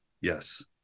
Yes